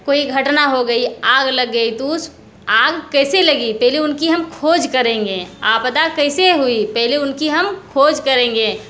कोई घटना हो गई आग लग गई तो उस आग कैसे लगी पहले उनकी हम खोज करेंगे आपदा कैसे हुई पहले उनकी हम खोज करेंगे